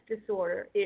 disorder